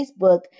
Facebook